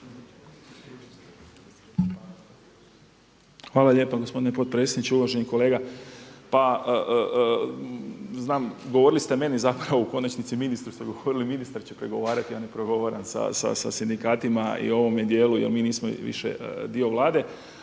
Hvala lijepa gospodine potpredsjedniče. Uvaženi kolega. Pa znam govorili ste meni zapravo u konačnici ministru ste govorili, ministar će pregovarati. Ja ne pregovaram sa sindikatima i ovome dijelu jel mi nismo više dio vlade.